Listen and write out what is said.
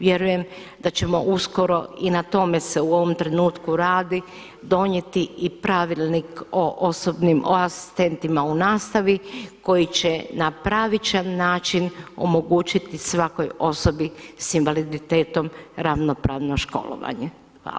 Vjerujem da ćemo uskoro i na tome se u ovom trenutku radi, donijeti i pravilnik o osobni asistentima u nastavi koji će na pravičan način omogućiti svakoj osobi s invaliditetom ravnopravno školovanje.